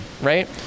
right